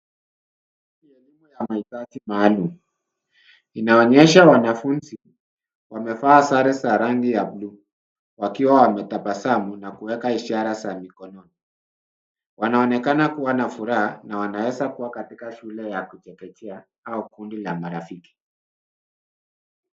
Hii ni elimu ya mahitaji maalum. Inaonyesha wanafunzi wamevaa sare za rangi ya buluu wakiwa wametabasamu na kuweka ishara za mikononi. Wanaonekana kuwa na furaha na wanaweza kuwa katika shule ya kuchekechea au kundi la marafiki.